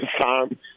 time